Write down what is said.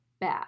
bad